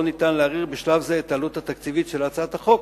לא ניתן להעריך בשלב זה את העלות התקציבית של הצעת החוק,